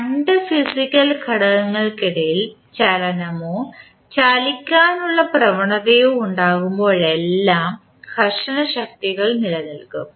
രണ്ട് ഫിസിക്കൽ ഘടകങ്ങൾക്കിടയിൽ ചലനമോ ചലിക്കാനുള്ള പ്രവണതയോ ഉണ്ടാകുമ്പോഴെല്ലാം ഘർഷണ ശക്തികൾ നിലനിൽക്കും